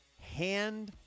hand